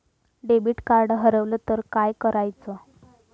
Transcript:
Debit card हरवल तर काय करायच?